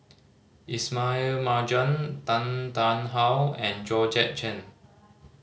Ismail Marjan Tan Tarn How and Georgette Chen